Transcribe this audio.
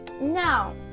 Now